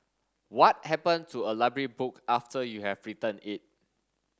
what happen to a library book after you have returned it